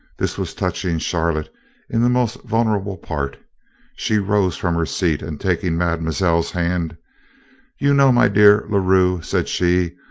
this was touching charlotte in the most vulnerable part she rose from her seat, and taking mademoiselle's hand you know, my dear la rue, said she,